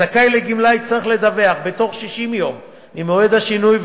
הזכאי לגמלה יצטרך לדווח בתוך 60 יום ממועד השינוי,